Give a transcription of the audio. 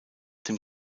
dem